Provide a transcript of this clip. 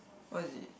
what is it